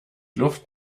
luft